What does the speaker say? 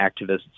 activists